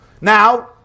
Now